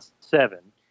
seven